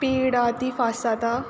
speed आहा ती fast जाता